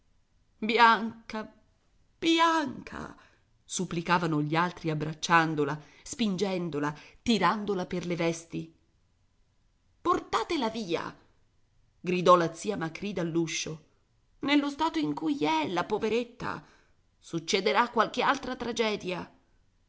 bianca bianca supplicavano gli altri abbracciandola spingendola tirandola per le vesti portatela via gridò la zia macrì dall'uscio nello stato in cui è la poveretta succederà qualche altra tragedia